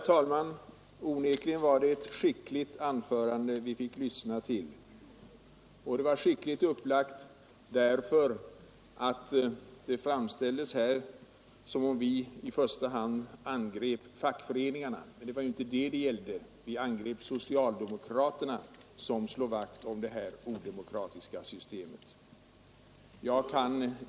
till. Det var skickligt upplagt därför att saken hela tiden framställdes som om vi angrep fackföreningarna, vilket inte är fallet. Vi angriper socialdemokraterna, som slår vakt om detta odemokratiska system.